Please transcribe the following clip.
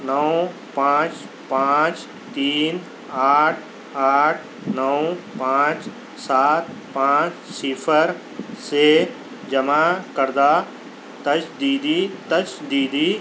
نو پانچ پانچ تین آٹھ آٹھ نو پانچ سات پانچ صِفر سے جمع کردہ تجدیدی تجدیدی